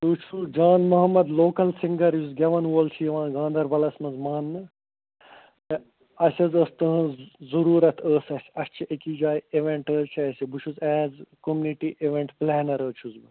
تُہۍ چھُو Jan Muhammad local singer یُس گٮ۪وَن وول چھِ یِوان گانٛدَربَلَس منٛز مانٛنہٕ ہے اَسہِ حظ ٲسۍ تُہٕنٛز ضروٗرَت ٲسۍ اَسہِ اَسہِ چھِ أکِس جایہِ اِوینٹہٕ حظ چھِ اَسہِ بہٕ چھُس ایٚز کوٚمنِٹی اِوینٛٹ پُلینَر حظ چھُس بہٕ